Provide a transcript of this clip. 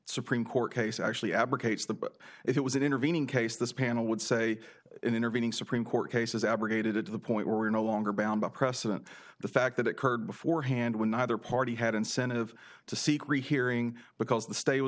supreme court case actually advocates that it was an intervening case this panel would say in intervening supreme court cases abrogated it to the point where we're no longer bound by precedent the fact that it curbed beforehand when neither party had incentive to seek rehearing because the stay was